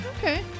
Okay